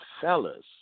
fellas